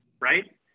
right